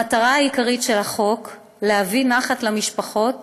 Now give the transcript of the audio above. המטרה העיקרית של החוק היא להביא נחת למשפחות,